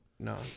No